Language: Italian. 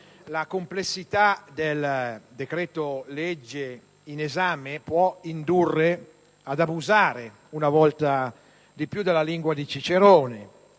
la complessità del decreto-legge in esame può indurre ad abusare, una volta di più, della lingua di Cicerone,